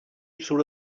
through